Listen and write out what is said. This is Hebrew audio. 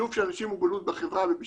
שילוב של אנשים עם מוגבלות בחברה ובשוויון,